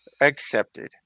accepted